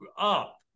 up